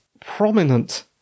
prominent